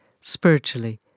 spiritually